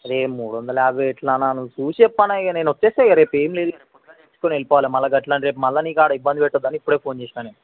అరే మూడు వందల యాభై ఎట్లా అన్న నువ్వు చూసి చెప్పు అన్న ఇక నేను వస్తా ఇగ రేపు ఏమి లేదు ముందుగా చేయించుకొని వెళ్ళిపోవాలి మళ్ళా గట్ల అంటే మళ్ళా నీకాడ ఇబ్బంది పెట్టద్దు అని ఇప్పుడే ఫోను చేసిన నేను